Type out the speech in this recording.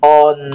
on